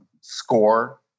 score